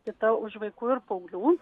kita už vaikų ir paauglių